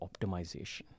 optimization